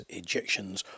ejections